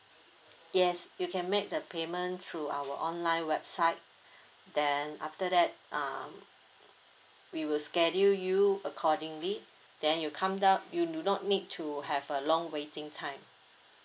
yes you can make the payment through our online website then after that uh we will schedule you accordingly then you come down you do not need to have a long waiting time